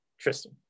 tristan